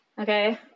Okay